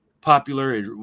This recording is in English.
popular